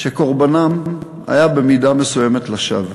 שקורבנם היה במידה מסוימת לשווא.